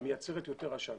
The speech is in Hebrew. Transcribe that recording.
היא מייצרת יותר עשן